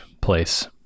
place